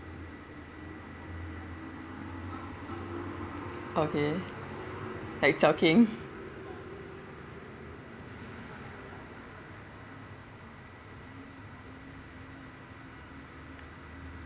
okay like joking